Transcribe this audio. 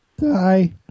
die